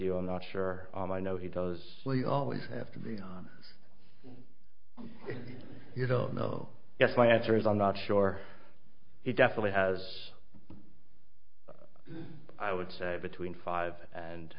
you i'm not sure i know he does we always have to be on you don't know yes my answer is i'm not sure he definitely has i would say between five and